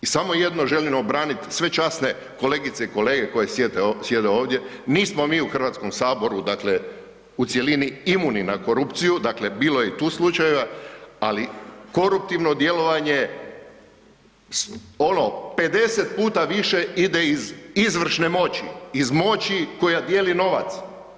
I samo jedno želim obranit sve časne kolegice i kolege koje sjede ovdje, nismo mi u Hrvatskom saboru dakle u cjelini imuni na korupciju, dakle bilo je i tu slučajeva, ali koruptivno djelovanje, ono 50 puta više ide iz izvršne moći, iz moći koja dijeli novac.